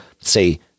say